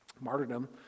Martyrdom